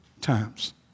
times